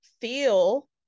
feel